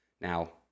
Now